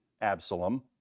Absalom